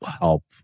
help